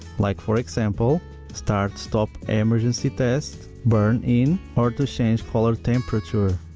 like for example start stop emergency test, burn-in or to change color temperature.